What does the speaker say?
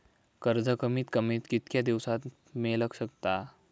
कर्ज कमीत कमी कितक्या दिवसात मेलक शकता?